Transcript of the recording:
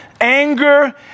anger